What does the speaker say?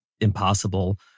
impossible